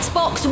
Xbox